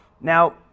Now